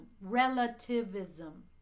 relativism